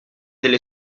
delle